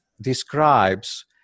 describes